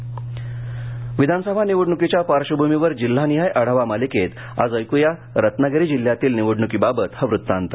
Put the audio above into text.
intro आढावा विधानसभा निवडणुकीच्या पार्श्वभूमीवर जिल्हानिहाय आढावा मालिकेत आज ऐकूया रत्नागिरी जिल्ह्यातील निवडणूकीबाबत हा वृत्तांत